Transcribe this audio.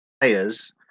players